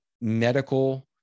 medical